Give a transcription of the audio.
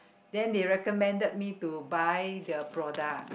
then the recommended me to buy their product